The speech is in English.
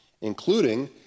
including